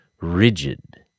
rigid